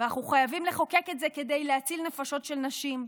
אנחנו חייבים לחוקק את זה כדי להציל נפשות של נשים.